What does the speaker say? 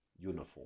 uniform